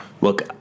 look